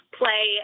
play